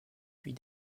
puis